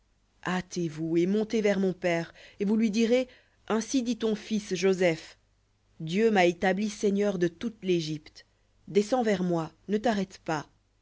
hâtez-vous et montez vers mon père et vous lui direz ainsi dit ton fils joseph dieu m'a établi seigneur de toute l'égypte descends vers moi ne t'arrête pas